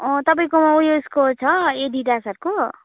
अँ तपाईँकोमा उयसको छ एडिडासहरूको